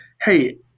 hey